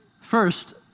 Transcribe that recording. First